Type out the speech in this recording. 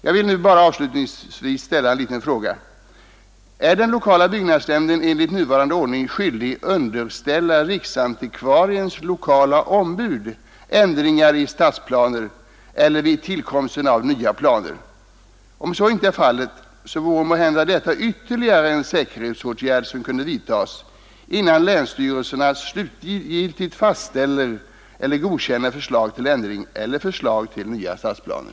Jag vill nu avslutningsvis fråga: Är den lokala byggnadsnämnden enligt nuvarande ordning skyldig underställa riksantikvariens lokala ombud ändringar i gällande stadsplaner eller vid tillkomsten av nya planer? Om så inte är fallet vore måhända detta ytterligare en säkerhetsåtgärd som kunde vidtagas, innan länsstyrelserna slutgiltigt fastställer eller godkänner förslag till ändring av stadsplaner eller förslag till nya stadsplaner.